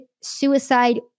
suicide